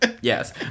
yes